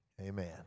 Amen